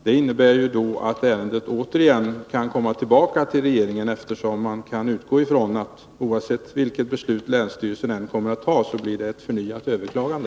Regeringens nu fattade beslut medför att ärendet återigen kan komma tillbaka till regeringen, eftersom vi kan utgå från att det, oavsett vilket beslut länsstyrelsen fattar, blir ett förnyat överklagande.